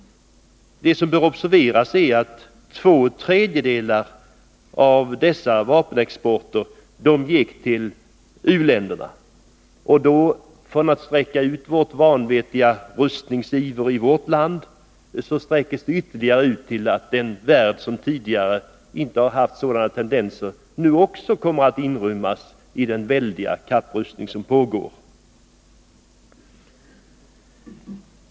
Det bör observeras att två tredjedelar av denna vapenexport gick till u-länderna. Den vanvettiga rustningsivern i vårt land sträcker ut sig till att i den väldiga kapprustningen inrymma också den värld som inte tidigare haft sådana tendenser.